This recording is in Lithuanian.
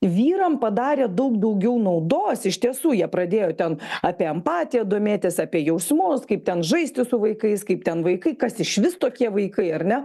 vyram padarė daug daugiau naudos iš tiesų jie pradėjo ten apie empatiją domėtis apie jausmus kaip ten žaisti su vaikais kaip ten vaikai kas išvis tokie vaikai ar ne